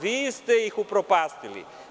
Vi ste ih upropastili.